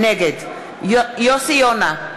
נגד יוסי יונה,